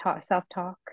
self-talk